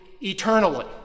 eternally